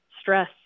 stress